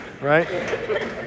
right